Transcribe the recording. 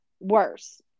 worse